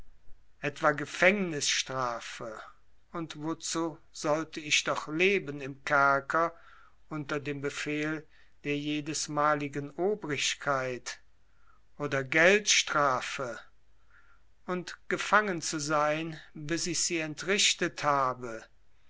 etwa gefängnisstrafe und wozu sollte ich doch leben im kerker unter dem befehl der jedesmaligen obrigkeit oder geldstrafe und gefangen zu sein bis ich sie entrichtet habe